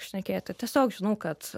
šnekėti tiesiog žinau kad